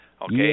Okay